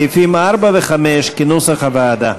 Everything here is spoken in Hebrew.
מסירים לחלופין,